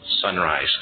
Sunrise